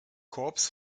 korps